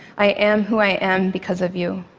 i am who i am because of you.